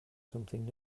something